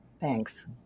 thanks